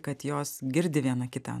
kad jos girdi vieną kitą